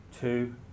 two